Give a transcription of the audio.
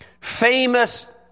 famous